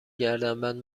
گردنبند